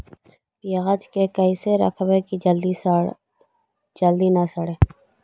पयाज के कैसे रखबै कि जल्दी न सड़तै?